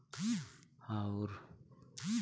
आउर पइसवा ऐही संख्या के खाता मे आवला आउर भेजल जाला